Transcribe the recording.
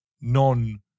non